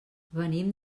venim